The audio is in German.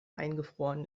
eingefroren